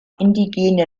indigene